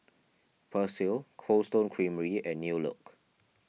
Persil Cold Stone Creamery and New Look